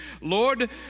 Lord